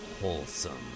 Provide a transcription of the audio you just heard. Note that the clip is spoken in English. wholesome